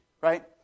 right